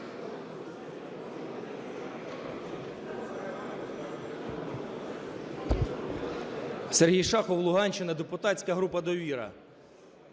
Сергій Шахов, Луганщина, депутатська група "Довіра".